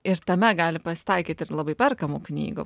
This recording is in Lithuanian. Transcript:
ir tame gali pasitaikyt ir labai perkamų knygų